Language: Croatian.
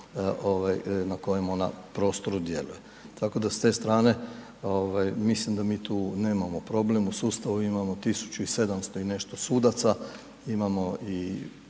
na kojem ona prostoru djeluje tako da s te strane mislim da mi tu nemamo problem, u sustavu imamo 1700 i nešto sudaca, imamo i